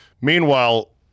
Meanwhile